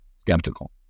skeptical